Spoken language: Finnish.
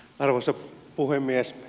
arvoisa puhemies